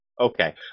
okay